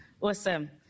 Awesome